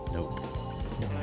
Nope